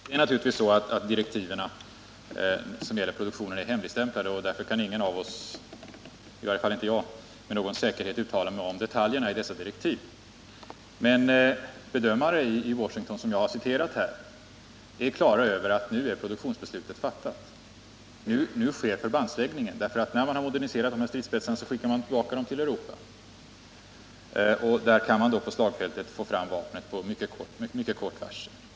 Herr talman! Direktiven för produktionen är naturligtvis hemligstämplade, och därför kan i varje fall inte jag med någon säkerhet uttala mig om detaljerna i den. Men bedömare i Washington som jag har citerat här är klara över att nu är produktionsbeslutet fattat, nu sker förbandsutläggningen. När man har moderniserat stridsspetsarna skickar man dem tillbaka till Europa och kan få fram vapnen på slagfältet med mycket kort varsel.